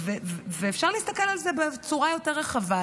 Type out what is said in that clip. ואפשר להסתכל על זה בצורה יותר רחבה,